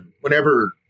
Whenever